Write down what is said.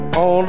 on